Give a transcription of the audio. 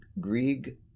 Grieg